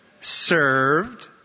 served